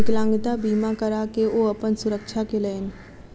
विकलांगता बीमा करा के ओ अपन सुरक्षा केलैन